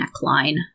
neckline